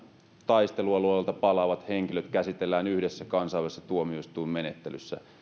taistelualueelta palaavat henkilöt käsitellään yhdessä kansainvälisessä tuomioistuinmenettelyssä